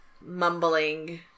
mumbling